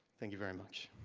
thank you very much.